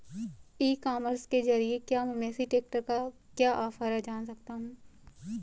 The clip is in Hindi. ई कॉमर्स के ज़रिए क्या मैं मेसी ट्रैक्टर का क्या ऑफर है जान सकता हूँ?